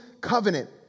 covenant